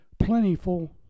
plentiful